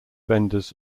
vendors